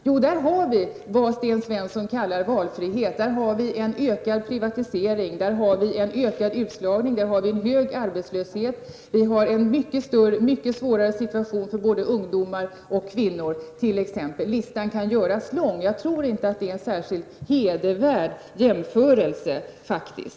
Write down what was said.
Jo, i EG har man vad Sten Svensson kallar valfrihet med ökad privatisering, men också större utslagning och hög arbetslöshet. Det är en mycket svårare situation för både ungdomar och kvinnor. Listan kan göras lång. Jag tror inte att den jämförelse som gjordes är särskilt hederlig.